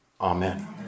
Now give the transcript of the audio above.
Amen